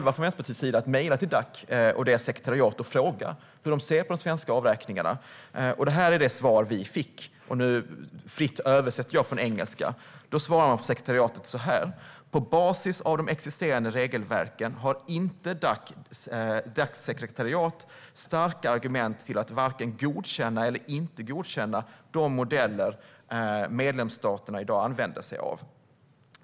Vänsterpartiet valde att mejla till Dacs sekretariat och fråga hur man ser på de svenska avräkningarna. Svaret vi fick var, fritt översatt av mig från engelska: På basis av de existerande regelverken har Dacs sekretariat inga starka argument för att vare sig godkänna eller inte godkänna de modeller som medlemsstaterna i dag använder sig av.